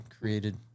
created